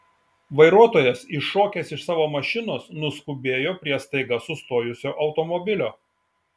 vairuotojas iššokęs iš savo mašinos nuskubėjo prie staiga sustojusio automobilio